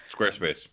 Squarespace